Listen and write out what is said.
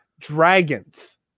dragons